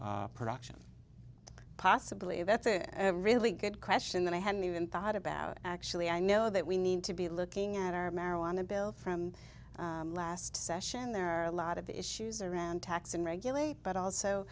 of production possibly that's a really good question that i hadn't even thought about actually i know that we need to be looking at our marijuana bill from last session there are a lot of issues around tax and regulate but also